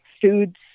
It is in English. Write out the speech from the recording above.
foods